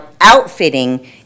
outfitting